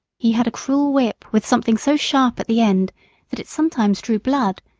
he had a cruel whip with something so sharp at the end that it sometimes drew blood,